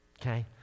okay